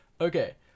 Okay